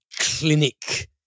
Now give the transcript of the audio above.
clinic